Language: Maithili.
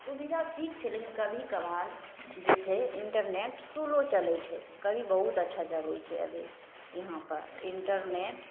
सुविधा ठीक छै लेकिन कभी कभार जे छै इन्टरनेट स्लो चलै छै कभी बहुत अच्छा चलै छै अभी इहाँपर इन्टरनेट